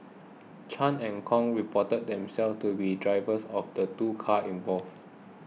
Chan and Kong reported themselves to be drivers of the two cars involved